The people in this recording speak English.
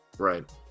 Right